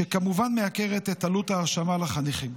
שכמובן מייקרת את עלות ההרשמה לחניכים.